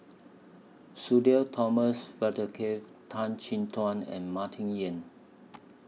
Sudhir Thomas Vadaketh Tan Chin Tuan and Martin Yan